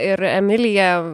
ir emilija